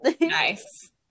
Nice